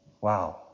Wow